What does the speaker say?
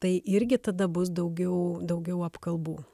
tai irgi tada bus daugiau daugiau apkalbų